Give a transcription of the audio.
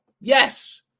yes